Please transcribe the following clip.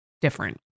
different